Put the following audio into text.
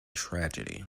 tragedy